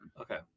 Okay